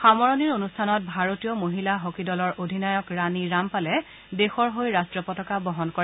সামৰণিৰ অনুষ্ঠানত মহিলা হকী দলৰ অধিনায়ক ৰাণী ৰামপালে ভাৰতৰ ৰাষ্ট্ৰীয় পতাকা বহন কৰে